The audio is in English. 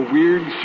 Weird